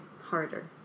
harder